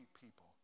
people